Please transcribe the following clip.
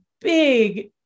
big